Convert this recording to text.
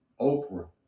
Oprah